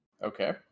Okay